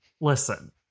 Listen